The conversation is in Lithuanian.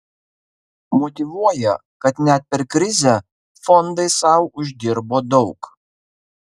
motyvuoja kad net per krizę fondai sau uždirbo daug